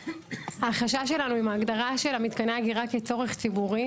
החשש שלנו עם ההגדרה של מתקני אגירה כצורך ציבורי,